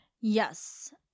yes